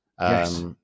Yes